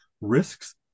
risks